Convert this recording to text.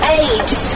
eight